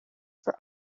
for